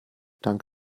dank